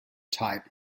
type